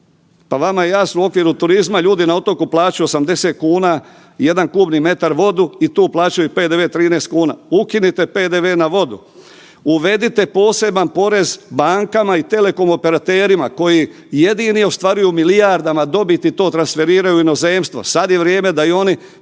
Pa vama je jasno, u okviru turizma, ljudi na otoku plaćaju 80 kuna jedan kubni metar vodu i tu plaćaju PDV 13 kuna. Ukinite PDV na vodu. Uvedite poseban porez bankama i telekom operaterima koji jedini ostvaruju u milijardama dobit i to transferiraju u inozemstvo, sad je vrijeme da i oni